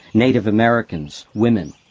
native americans, women.